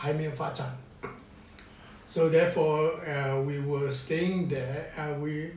还没有发展 so therefore err we were staying there ah we